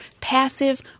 passive